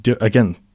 again